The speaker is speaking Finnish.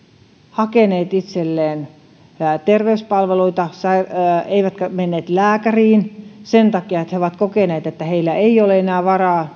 hakeneet itselleen terveyspalveluita eivätkä menneet lääkäriin sen takia että he ovat kokeneet että näitten asiakasmaksukorotusten takia heillä ei ole enää varaa